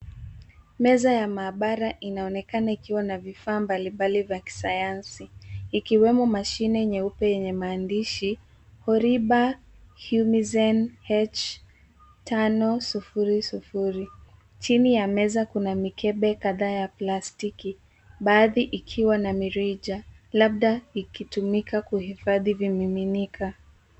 Meza ya maabara inaonekana ikiwa na vifaa mbalimbali vya kisayansi, ikiwemo mashine nyeupe yenye maandishi Horiba Yumizen H 500. Chini ya meza kuna mikebe kadhaa ya plastiki, baadhi ikiwa na mirija, labda ikitumika kuhifadhi vimiminika.